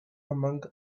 among